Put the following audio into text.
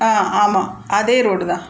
ஆமாம் அதே ரோடு தான்